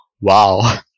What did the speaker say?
Wow